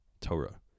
Torah